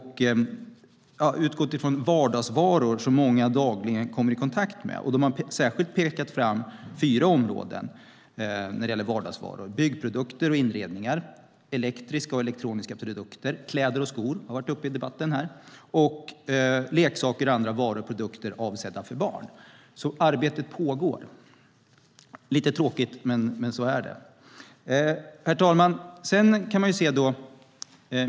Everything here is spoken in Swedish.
Man har utgått från vardagsvaror som många dagligen kommer i kontakt med. Man har särskilt pekat ut fyra områden när det gäller vardagsvaror: byggprodukter och inredningar, elektriska och elektroniska produkter, kläder och skor, vilket har varit uppe i debatten, och leksaker och andra produkter avsedda för barn. Arbete pågår alltså. Det är lite tråkigt, men så är det. Herr talman!